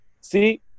see